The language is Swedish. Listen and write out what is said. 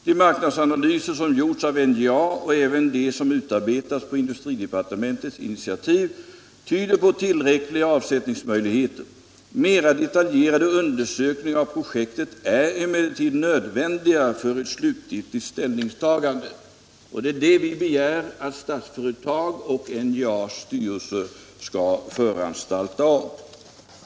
De marknadsanalyser som gjorts av NJA och även de som utarbetats på industridepartementets initiativ tyder på tillräckliga avsättningsmöjligheter. Mer detaljerade undersökningar av projektet är emellertid nödvändiga för ett slutgiltigt ställningstagande.” Och det är det vi begärde att Statsföretag och NJA:s styrelse skulle föranstalta om.